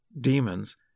demons